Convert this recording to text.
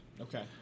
Okay